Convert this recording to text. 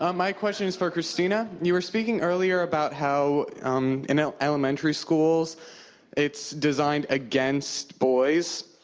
ah my question is for christina. you were speaking earlier about how um in ah elementary school it's designed against boys.